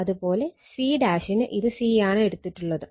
അത് പോലെ c ന് ഇത് c ആണ് എടുത്തിട്ടുള്ളത്